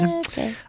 okay